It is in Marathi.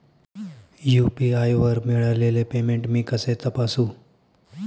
यू.पी.आय वर मिळालेले पेमेंट मी कसे तपासू?